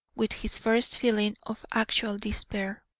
with his first feeling of actual despair.